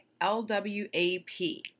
LWAP